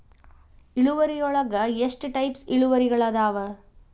ಇಳುವರಿಯೊಳಗ ಎಷ್ಟ ಟೈಪ್ಸ್ ಇಳುವರಿಗಳಾದವ